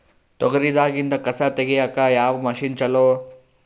ತೊಗರಿ ದಾಗಿಂದ ಕಸಾ ತಗಿಯಕ ಯಾವ ಮಷಿನ್ ಚಲೋ?